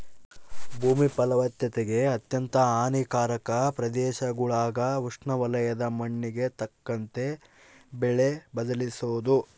ಭೂಮಿ ಫಲವತ್ತತೆಗೆ ಅತ್ಯಂತ ಹಾನಿಕಾರಕ ಪ್ರದೇಶಗುಳಾಗ ಉಷ್ಣವಲಯದ ಮಣ್ಣಿಗೆ ತಕ್ಕಂತೆ ಬೆಳೆ ಬದಲಿಸೋದು